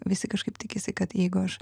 visi kažkaip tikisi kad jeigu aš